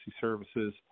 Services